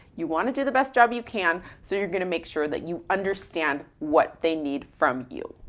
you wanna do the best job you can, so you're gonna make sure that you understand what they need from you.